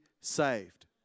saved